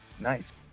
nice